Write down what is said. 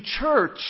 church